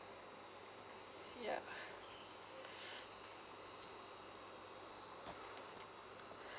ya